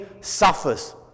suffers